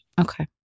Okay